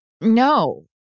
no